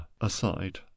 aside